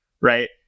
right